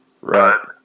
Right